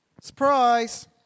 Surprise